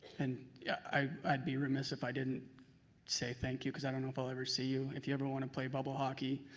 and yeah i'd be remiss if i didn't say thank you, because i don't know if i'll ever see you. if you ever want to play bubble hockey,